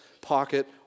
pocket